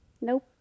Nope